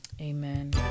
amen